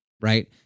right